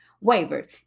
wavered